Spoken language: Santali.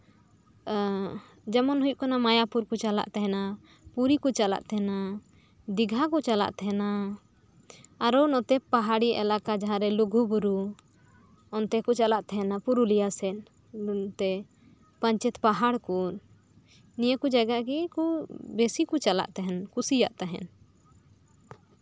ᱮᱸᱜ ᱡᱮᱢᱚᱱ ᱦᱩᱭᱩᱜ ᱛᱟᱦᱮᱸᱱᱟ ᱢᱟᱭᱟᱯᱩᱨ ᱠᱚ ᱪᱟᱞᱟᱜ ᱛᱟᱦᱮᱸᱱᱟ ᱯᱩᱨᱤ ᱠᱚ ᱪᱟᱞᱟᱜ ᱛᱟᱦᱮᱸᱱᱟ ᱫᱤᱜᱷᱟ ᱠᱚ ᱪᱟᱞᱟᱜ ᱛᱟᱦᱮᱸᱱᱟ ᱟᱨᱚ ᱱᱚᱛᱮ ᱯᱟᱦᱟᱲᱤ ᱮᱞᱟᱠᱟ ᱡᱟᱦᱟᱸ ᱨᱮ ᱞᱩᱜᱩᱵᱩᱨᱩ ᱚᱱᱛᱮ ᱠᱚ ᱪᱟᱞᱟᱜ ᱛᱟᱦᱮᱸᱱᱟ ᱯᱩᱨᱩᱞᱤᱭᱟ ᱠᱚ ᱯᱟᱧᱪᱮᱛ ᱯᱟᱦᱟᱲ ᱠᱚ ᱱᱤᱭᱟᱹ ᱠᱚ ᱡᱟᱭᱜᱟ ᱜᱮ ᱵᱤᱥᱤ ᱠᱚ ᱪᱟᱞᱟᱜ ᱛᱟᱦᱮᱸᱱ ᱠᱩᱥᱤᱭᱟᱜ ᱛᱟᱦᱮᱸᱱ